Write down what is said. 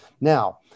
Now